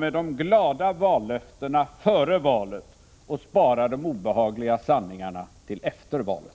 ge de glada vallöftena före valet och spara de obehagliga sanningarna till efter valet.